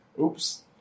Oops